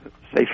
safety